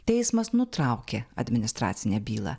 teismas nutraukė administracinę bylą